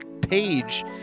page